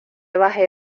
baje